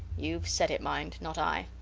youve said it, mind not i.